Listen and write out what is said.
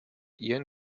ian